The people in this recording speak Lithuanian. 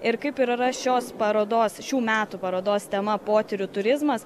ir kaip ir yra šios parodos šių metų parodos tema potyrių turizmas